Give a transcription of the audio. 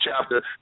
chapter